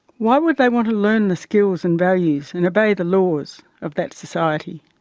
why would they want to learn the skills and values and obey the laws of that society?